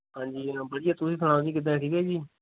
ਹਾਂਜੀ ਹਾਂ ਵਧੀਆ ਤੁਸੀਂ ਸੁਣਾਓ ਜੀ ਕਿੱਦਾਂ ਹੈ ਠੀਕ ਹੈ ਜੀ